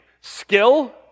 Skill